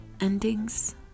Endings